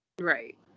Right